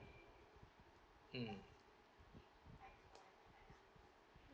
mm